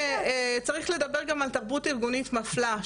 צריך לדבר גם על תרבות ארגונית מפלה,